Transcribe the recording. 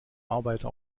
arbeiter